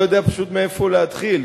לא יודע פשוט מאיפה להתחיל,